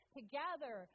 together